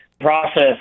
process